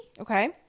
Okay